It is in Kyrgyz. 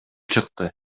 чыкты